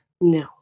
No